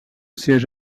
siège